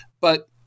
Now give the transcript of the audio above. But-